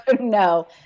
No